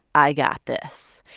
i got this.